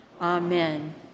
amen